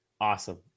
awesome